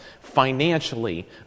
financially